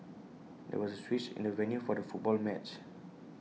there was A switch in the venue for the football match